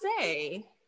say